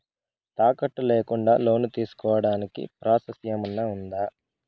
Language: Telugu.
తాకట్టు లేకుండా లోను తీసుకోడానికి ప్రాసెస్ ఏమన్నా ఉందా?